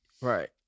Right